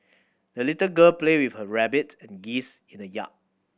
the little girl played with her rabbit and geese in the yard